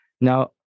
Now